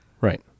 Right